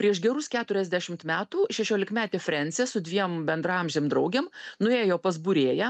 prieš gerus keturiasdešimt metų šešiolikmetė frensė su dviem bendraamžėm draugėm nuėjo pas būrėją